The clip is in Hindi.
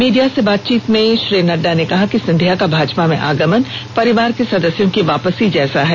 मीडिया से बातचीत में नड्डा ने कहा कि सिंधिया का भाजपा में आगमन परिवार के सदस्यों की वापसी जैसा है